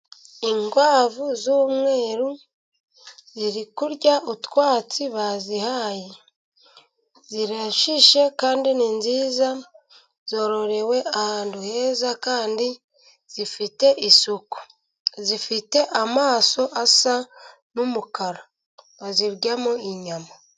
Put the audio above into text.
Inkwavu z'umweru ziri kurya utwatsi bazihaye, zirashishe kandi ni nziza, zororewe ahantu heza, kandi zifite isuku, zifite amaso asa n'umukara baziryamo inyama.